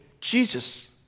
Jesus